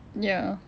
ya